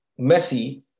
Messi